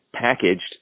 packaged